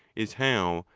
is, how,